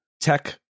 tech